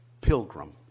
pilgrim